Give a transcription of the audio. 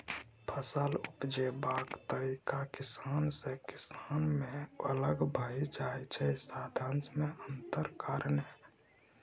फसल उपजेबाक तरीका किसान सँ किसान मे अलग भए जाइ छै साधंश मे अंतरक कारणेँ